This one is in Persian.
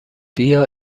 بیا